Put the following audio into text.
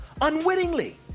Unwittingly